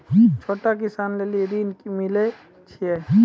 छोटा किसान लेल ॠन मिलय छै?